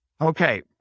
Okay